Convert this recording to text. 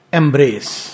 embrace